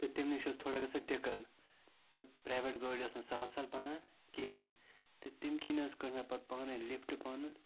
تہٕ تمہِ نِش ٲس تھوڑا گَژھَن دِقَن تہٕ پرٛیویٹ گٲڑۍ ٲس نہٕ سَہَل سَہَل بَنان کِہیٖنۍ تہٕ تَمہِ کِنۍ حظ کٔڑ مےٚ پَتہٕ پانَے لِفٹ پَنُن